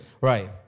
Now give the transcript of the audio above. Right